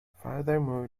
furthermore